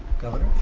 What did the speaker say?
governor?